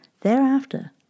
thereafter